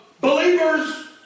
believers